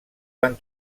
van